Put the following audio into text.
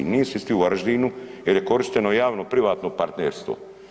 Nisu isti u Varaždinu jer je korišteno javno-privatno partnerstvo.